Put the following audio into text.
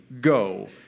go